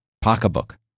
Pocketbook